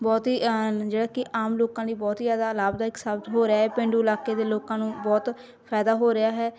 ਬਹੁਤ ਹੀ ਜਿਹੜਾ ਕਿ ਆਮ ਲੋਕਾਂ ਲਈ ਬਹੁਤ ਹੀ ਜ਼ਿਆਦਾ ਲਾਭਦਾਇਕ ਸਾਬਿਤ ਹੋ ਰਿਹਾ ਏ ਪੇਂਡੂ ਇਲਾਕੇ ਦੇ ਲੋਕਾਂ ਨੂੰ ਬਹੁਤ ਫਾਇਦਾ ਹੋ ਰਿਹਾ ਹੈ